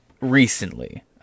recently